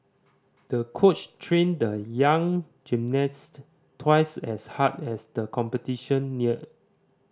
the coach trained the young gymnast twice as hard as the competition neared